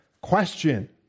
question